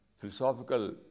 philosophical